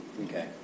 Okay